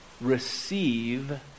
Receive